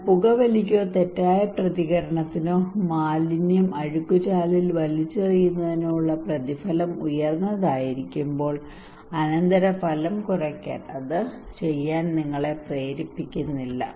എന്നാൽ പുകവലിക്കോ തെറ്റായ പ്രതികരണത്തിനോ മാലിന്യം അഴുക്കുചാലിൽ വലിച്ചെറിയുന്നതിനോ ഉള്ള പ്രതിഫലം ഉയർന്നതായിരിക്കുമ്പോൾ അനന്തരഫലം കുറവായിരിക്കുമ്പോൾ അത് ചെയ്യാൻ നിങ്ങളെ പ്രേരിപ്പിക്കുന്നില്ല